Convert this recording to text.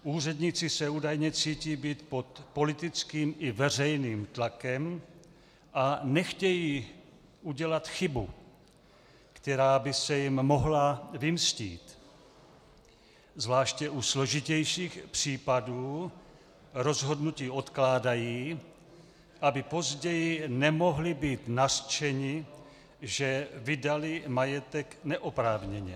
Úředníci se údajně cítí být pod politickým i veřejným tlakem a nechtějí udělat chybu, která by se jim mohla vymstít, zvláště u složitějších případů rozhodnutí odkládají, aby později nemohli být nařčeni, že vydali majetek neoprávněně.